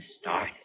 started